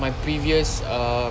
my previous ah